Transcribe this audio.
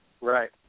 right